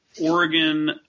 Oregon